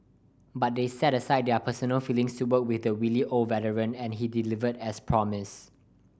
but they set aside their personal feelings to work with the wily old veteran and he delivered as promised